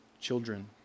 children